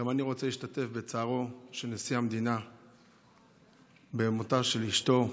גם אני רוצה להשתתף בצערו של נשיא המדינה במותה של אשתו,